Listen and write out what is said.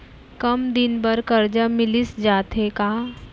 कम दिन बर करजा मिलिस जाथे का?